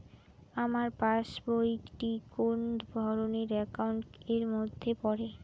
আমার পাশ বই টি কোন ধরণের একাউন্ট এর মধ্যে পড়ে?